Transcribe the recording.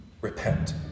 Repent